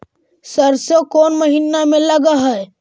सरसों कोन महिना में लग है?